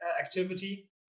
activity